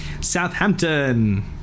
Southampton